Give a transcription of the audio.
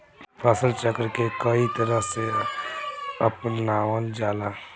फसल चक्र के कयी तरह के अपनावल जाला?